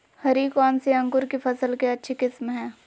हरी कौन सी अंकुर की फसल के अच्छी किस्म है?